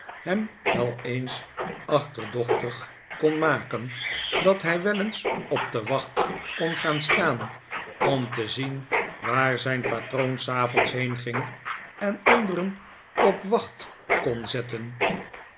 hem wel eens achterdochtig kon maken dat hij wel eens op de wacht kon gaan staan om te zien waar zijn patroon s avonds heenging en anderen op wacht kon zetten